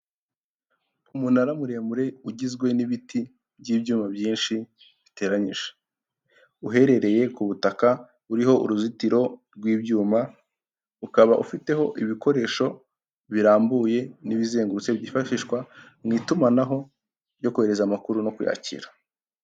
Umunara muremure ugizwe n'ibiti by'ibyuma byinshi biteranyije, uherereye ku butaka buriho uruzitiro rw'ibyuma, ukaba ufiteho ibikoresho birambuye n'ibizengurutse byifashishwa mu itumanaho ryo kohereza amakuru no kuyakira.